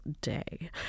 day